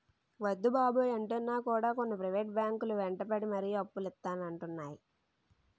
వద్దు బాబోయ్ అంటున్నా కూడా కొన్ని ప్రైవేట్ బ్యాంకు లు వెంటపడి మరీ అప్పులు ఇత్తానంటున్నాయి